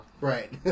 right